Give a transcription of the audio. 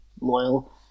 loyal